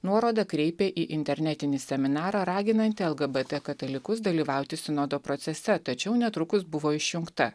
nuorodą kreipė į internetinį seminarą raginanti lgbt katalikus dalyvauti sinodo procese tačiau netrukus buvo išjungta